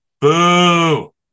Boo